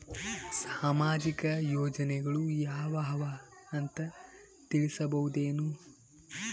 ಸಾಮಾಜಿಕ ಯೋಜನೆಗಳು ಯಾವ ಅವ ಅಂತ ತಿಳಸಬಹುದೇನು?